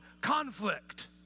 conflict